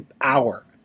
hour